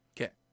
Okay